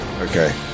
Okay